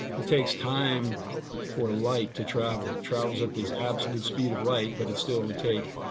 it takes time for light to travel, it travels at this absolute speed of light, but it still would take,